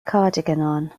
cardigan